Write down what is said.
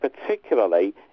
particularly